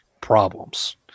problems